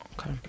Okay